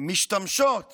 משתמשות